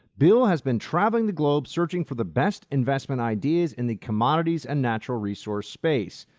bill has been traveling the globe searching for the best investment ideas in the commodities and natural resource space.